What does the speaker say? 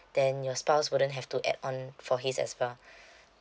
then your spouse wouldn't have to add on for his as well